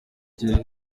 ugira